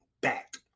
back